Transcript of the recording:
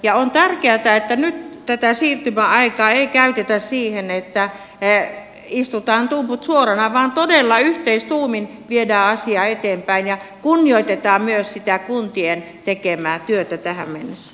ja on tärkeätä että nyt tätä siirtymäaikaa ei käytetä siihen että istutaan tumput suorana vaan todella yhteistuumin viedään asiaa eteenpäin ja kunnioitetaan myös sitä kuntien tähän mennessä